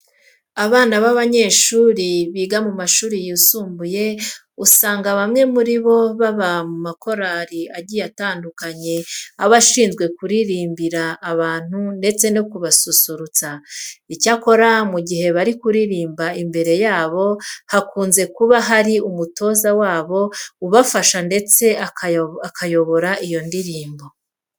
Abana b'abanyeshuri biga mu mashuri yisumbuye usanga bamwe muri bo baba mu makorari agiye atandukanye aba ashinzwe kuririmbira abantu ndetse no kubasusurutsa. Icyakora mu gihe bari kuririmba imbere yabo hakunze kuba hari umutoza wabo ubafasha ndetse akayobora iyo ndirimbo.